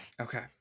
okay